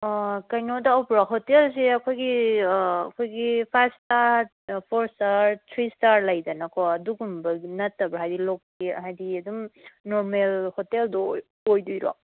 ꯀꯩꯅꯣ ꯇꯧꯕ꯭ꯔꯣ ꯍꯣꯇꯦꯜꯁꯦ ꯑꯩꯈꯣꯏꯒꯤ ꯑꯩꯈꯣꯏꯒꯤ five star four star three star ꯂꯩꯗꯅꯀꯣ ꯑꯗꯨꯒꯨꯝꯕ ꯅꯠꯇꯕ ꯍꯥꯏꯗꯤ ꯍꯥꯏꯗꯤ ꯑꯗꯨꯝ ꯅꯣꯔꯃꯦꯜ ꯍꯣꯇꯦꯜꯗꯣ ꯑꯣꯏꯗꯣꯏꯔꯣ